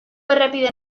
errepide